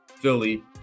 Philly